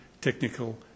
technical